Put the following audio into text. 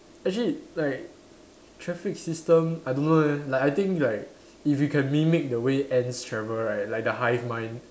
actually like traffic system I don't know leh like I think like if you can mimic the way ants travel right like the hive mind